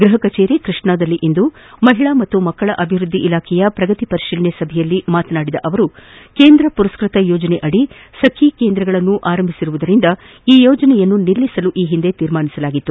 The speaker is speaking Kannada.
ಗೃಪ ಕಚೇರಿ ಕೃಷ್ಣಾದಲ್ಲಿ ಇಂದು ಮಹಿಳಾ ಮತ್ತು ಮಕ್ಕಳ ಅಭಿವೃದ್ಧಿ ಇಲಾಖೆ ಪ್ರಗತಿ ಪರಿಶೀಲನಾ ಸಭೆಯಲ್ಲಿ ಪಾಲ್ಗೊಂಡು ಮಾತನಾಡಿದ ಅವರು ಕೇಂದ್ರ ಪುರಸ್ಕೃತ ಯೋಜನೆಯಡಿ ಸಖಿ ಕೇಂದ್ರಗಳನ್ನು ಪ್ರಾರಂಭಿಸಿರುವುದರಿಂದ ಈ ಯೋಜನೆಯನ್ನು ಸ್ಥಗಿತಗೊಳಿಸಲು ಈ ಹಿಂದೆ ತೀರ್ಮಾನಿಸಲಾಗಿತ್ತು